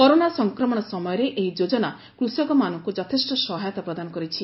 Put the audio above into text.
corona ସଂକ୍ରମଣ ସମୟରେ ଏହି ଯୋଜନା କୃଷକମାନଙ୍କୁ ଯଥେଷ୍ଟ ସହାୟତା ପ୍ରଦାନ କରିଛି